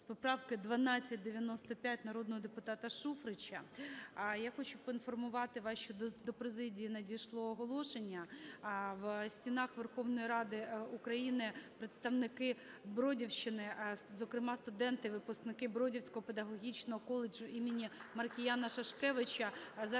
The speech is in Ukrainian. з поправки 1295 народного депутата Шуфрича. Я хочу поінформувати вас, що до президії надійшло оголошення. В стінах Верховної Ради України представники Бродівщини, зокрема студенти, випускники Бродівського педагогічного коледжу імені Маркіяна Шашкевича.